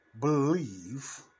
believe